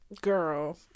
girl